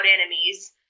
enemies